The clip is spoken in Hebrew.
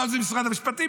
פעם זה משרד המשפטים,